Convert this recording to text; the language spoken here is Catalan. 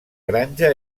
granja